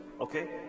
Okay